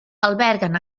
alberguen